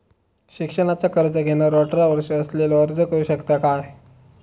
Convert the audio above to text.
शिक्षणाचा कर्ज घेणारो अठरा वर्ष असलेलो अर्ज करू शकता काय?